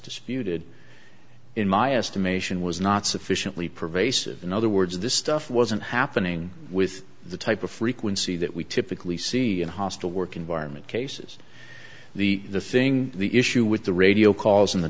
disputed in my estimation was not sufficiently pervasive in other words this stuff wasn't happening with the type of frequency that we typically see in hostile work environment cases the the thing the issue with the radio calls in the